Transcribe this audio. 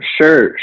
Sure